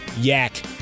yak